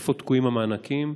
איפה תקועים המענקים,